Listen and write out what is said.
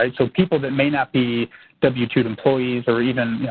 and so people that may not be w two employees or even,